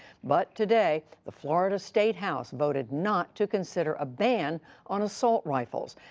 but, today, the florida statehouse voted not to consider a ban on assault rifles,